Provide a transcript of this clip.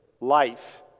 life